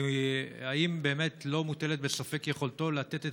והאם באמת לא מוטלת בספק יכולתו לתת את